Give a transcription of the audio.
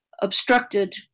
obstructed